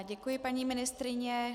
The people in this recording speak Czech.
Děkuji, paní ministryně.